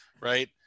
right